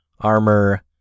armor